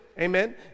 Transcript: Amen